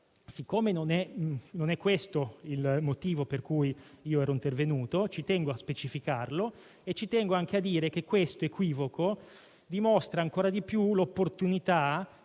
Siccome non è questo il motivo per cui sono intervenuto, tengo a specificarlo e tengo anche a dire che tale equivoco dimostra ancora di più l'opportunità